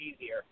easier